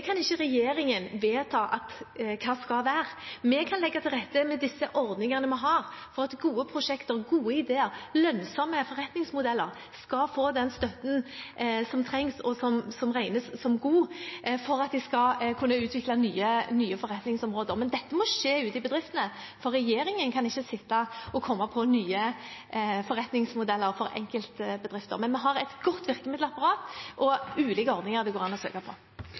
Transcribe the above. kan ikke regjeringen vedta hva skal være. Vi kan legge til rette med de ordningene vi har, for at gode prosjekter, gode ideer og lønnsomme forretningsmodeller skal få den støtten som trengs, og som regnes som god for at de skal kunne utvikle nye forretningsområder. Men dette må skje ute i bedriftene, for regjeringen kan ikke komme på nye forretningsmodeller for enkeltbedrifter. Men vi har et godt virkemiddelapparat og ulike ordninger det går an å søke på.